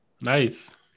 Nice